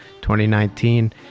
2019